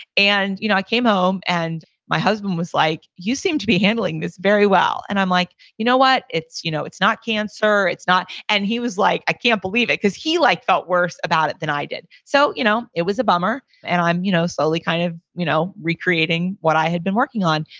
and you know i came home and my husband was like, you seem to be handling this very well. and i'm like, you know what, it's you know it's not cancer, it's not, and he was like, i can't believe it, because he like felt worse about it than i did. so you know it was a bummer and i'm you know slowly kind of you know recreating what i had been working on.